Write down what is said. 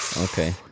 Okay